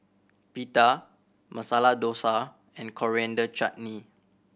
Pita Masala Dosa and Coriander Chutney